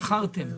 שכרתם,